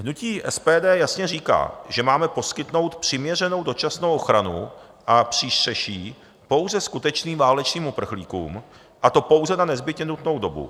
Hnutí SPD jasně říká, že máme poskytnout přiměřenou dočasnou ochranu a přístřeší pouze skutečným válečným uprchlíkům, a to pouze na nezbytně nutnou dobu.